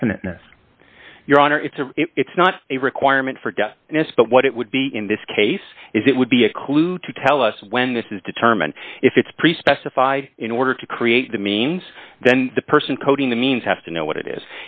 definiteness your honor it's a it's not a requirement for death but what it would be in this case is it would be a clue to tell us when this is determined if it's pre specified in order to create the means then the person coding the means have to know what it is